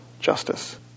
justice